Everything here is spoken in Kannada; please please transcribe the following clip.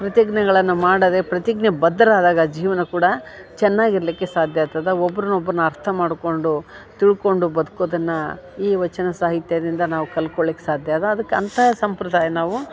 ಪ್ರತಿಜ್ಞೆಗಳನ್ನ ಮಾಡದೆ ಪ್ರತಿಜ್ಞೆ ಬದ್ದರಾದಾಗ ಜೀವನ ಕೂಡ ಚೆನ್ನಾಗಿರ್ಲಿಕ್ಕೆ ಸಾಧ್ಯ ಆತ್ತದ ಒಬ್ರನ್ನ ಒಬ್ಬರನ್ನ ಅರ್ಥ ಮಾಡ್ಕೊಂಡು ತಿಳ್ಕೊಂಡು ಬದ್ಕೋದನ್ನ ಈ ವಚನ ಸಾಹಿತ್ಯದಿಂದ ನಾವು ಕಲ್ಕೊಳಿಕೆ ಸಾಧ್ಯ ಅದು ಅದಕ್ಕೆ ಅಂತ ಸಂಪ್ರದಾಯ ನಾವು